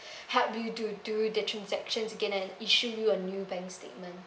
help you to do the transactions again and issue you a new bank statement